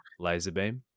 Laserbeam